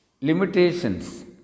Limitations